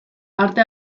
arte